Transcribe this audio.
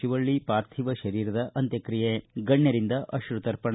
ಶಿವಳ್ಳಿ ಪಾರ್ಥಿವ ಶರೀರದ ಅಂತ್ಯಕ್ರಿಯೆ ಗಣ್ಯರಿಂದ ಅಶ್ರುತರ್ಪಣ